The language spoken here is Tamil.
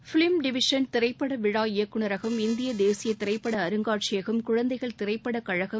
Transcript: ஃபிலிம் டிவிஷன் திரைப்பட விழா இயக்குநரகம் இந்திய தேசிய திரைப்பட அருங்காட்சியகம் குழந்தைகள் திரைப்படக் கழகம்